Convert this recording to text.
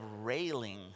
railing